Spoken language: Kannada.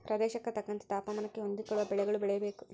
ಪ್ರದೇಶಕ್ಕೆ ತಕ್ಕಂತೆ ತಾಪಮಾನಕ್ಕೆ ಹೊಂದಿಕೊಳ್ಳುವ ಬೆಳೆಗಳು ಬೆಳೆಯಬೇಕು